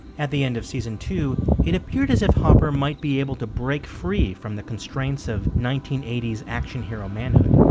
at the end of season two it appeared as if hopper might be able to break free from the constraints of nineteen eighty s action hero manhood.